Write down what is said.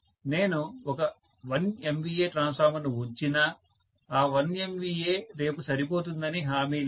నేను ఒక 1 MVA ట్రాన్స్ఫార్మర్ను ఉంచినా ఆ 1 MVA రేపు సరిపోతుందని హామీ లేదు